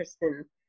person